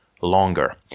longer